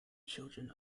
children